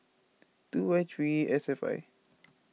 two Y three S F I